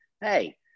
Hey